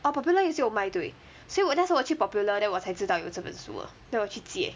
orh Popular 也是有卖对所以我那时我去 Popular then 我才知道有这本书的 then 我去借